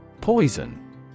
Poison